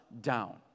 down